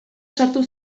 sartu